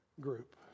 group